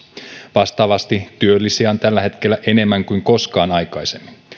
vastaavasti työllisiä on tällä hetkellä enemmän kuin koskaan aikaisemmin